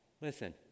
Listen